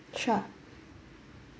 sure